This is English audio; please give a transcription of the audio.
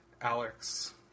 Alex